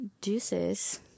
deuces